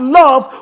love